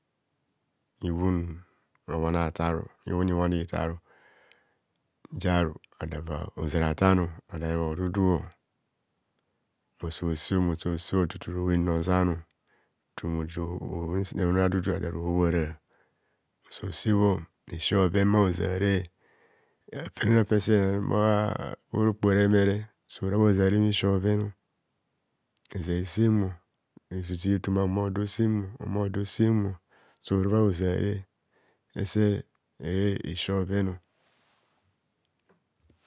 Ihuhun obhona taro ihuhun obhonitaro nziaru ada va ozar atano ada re hodudu mmo so sebho mmosesebho tutu robhen rozano tutu robhen sene rodudu ada rohobhara mmoso sebho sesi bhoven bha ozare afenana fese nanree for a okpo ere humo ereb sora bhahozare ehumo esi bhoven eze esemmo ezizia efoma ohumodo osemo ohumo do osemo sora bha hozare ezen mme esi bhoveno